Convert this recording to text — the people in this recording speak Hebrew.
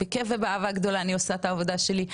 בכיף ובאהבה גדולה אני עושה את העבודה שלי.